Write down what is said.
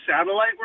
satellite